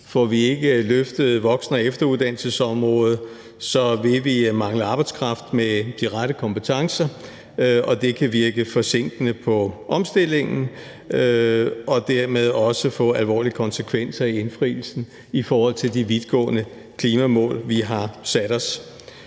Får vi ikke løftet voksen- og efteruddannelsesområdet, vil vi mangle arbejdskraft med de rette kompetencer, og det kan virke forsinkende på omstillingen og dermed også få alvorlige konsekvenser for indfrielsen af de vidtgående klimamål, vi har sat os.